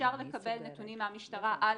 אפשר לקבל נתונים מהמשטרה על